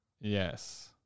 Yes